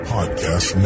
Podcast